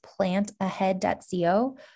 plantahead.co